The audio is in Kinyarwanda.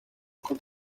uko